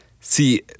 See